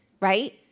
right